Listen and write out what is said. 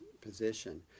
position